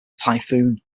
typhoon